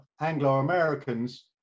Anglo-Americans